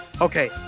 Okay